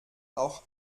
auch